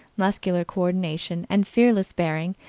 muscular co-ordination, and fearless bearing,